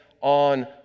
on